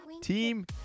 team